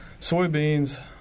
Soybeans